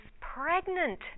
pregnant